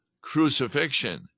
crucifixion